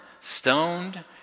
stoned